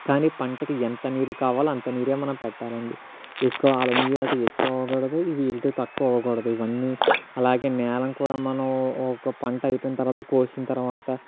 కానీ పంటకి ఎంత నీరు కావాలో అంత నీరే మనం పెట్టాలండి ఎక్కువ ఆల్ నీరు అటు ఎక్కువ అవ్వకూడదు ఇవి తక్కువ అవ్వకూడదు ఇవన్నీ అలాగే నేలను కూడా మనం ఒక పంట అయిపోయిన తర్వాత కోసిన తర్వాత